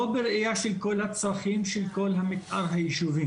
לא בראייה של כל הצרכים, של כל המתאר היישובי.